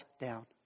down